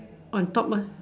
on top ah